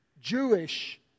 Jewish